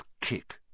kick